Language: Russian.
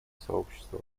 сообщества